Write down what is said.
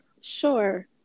Sure